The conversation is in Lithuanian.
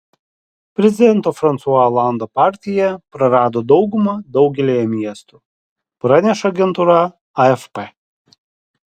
prezidento fransua olando partija prarado daugumą daugelyje miestų praneša agentūra afp